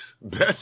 Best